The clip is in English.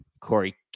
Corey